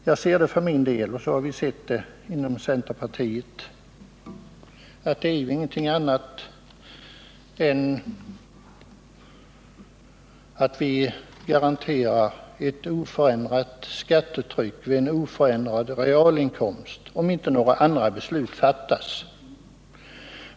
Jag ser för min del saken så — och på det viset har vi sett detta inom centerpartiet — att det ju inte är fråga om någonting annat än att vi garanterar ett oförändrat skattetryck vid en oförändrad realinkomst, om inte några andra beslut fattas.